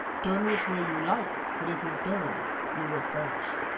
turn which way you like, but if you turn you will perish.